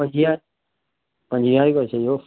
पंजीअ पंजीअ वारी करे छॾिजो